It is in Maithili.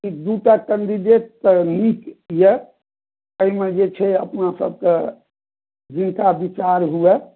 ई दूटा कैंडिडट तऽ नीक यऽ अयमऽ जे छै अपनासभके जिनका विचार हुए